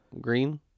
Green